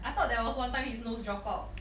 I thought there was one time his nose drop out